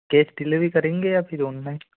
कैस delivery करेंगे या फिर ऑनलाइन